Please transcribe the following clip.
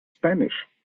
spanish